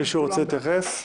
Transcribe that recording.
מישהו רוצה להתייחס?